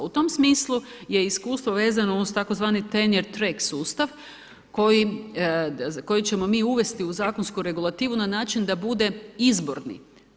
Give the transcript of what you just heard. U tom smislu je iskustvo vezano uz tzv. ... sustav koji ćemo mi uvesti u zakonsku regulativu na način da bude izborni.